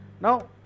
Now